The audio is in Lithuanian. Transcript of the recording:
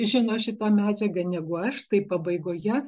žino šitą medžiagą negu aš tai pabaigoje